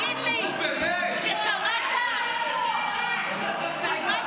--- תגיד לי, כשקראת --- זה לא נכון,